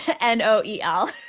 N-O-E-L